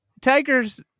tiger's